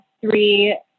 three